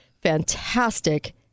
fantastic